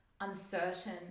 uncertain